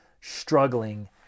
struggling